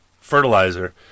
fertilizer